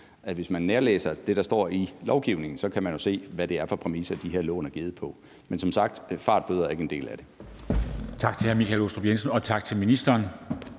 at hvis man nærlæser det, der står i lovgivningen, så kan man jo se, hvad det er for præmisser, de her lån er givet på. Men som sagt er fartbøder ikke en del af det.